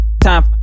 time